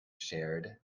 shared